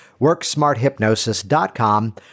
worksmarthypnosis.com